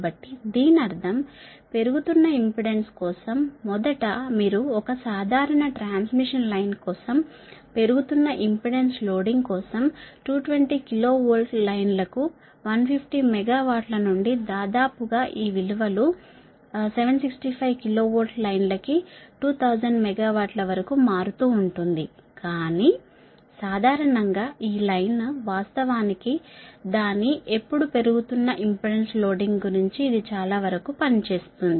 కాబట్టి దీని అర్థం పెరుగుతున్న ఇంపెడెన్స్ కోసం మొదట మీరు ఒక సాధారణ ట్రాన్స్మిషన్ లైన్ కోసం సర్జ్ ఇంపెడెన్స్ లోడింగ్ కోసం 220 KV లైన్లకు 150 మెగావాట్ల నుండి దాదాపు గా ఈ విలువ లు 765 కిలో వోల్ట్ లైన్లకు 2000 మెగావాట్ల వరకు మారుతూ ఉంటుంది కాని సాధారణంగా ఈ లైన్ వాస్తవానికి దాని ఎప్పుడు పెరుగుతున్న ఇంపెడెన్స్ లోడింగ్ గురించి ఇది చాలా వరకు పనిచేస్తుంది